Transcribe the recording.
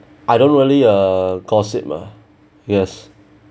I don't really uh gossip ah yes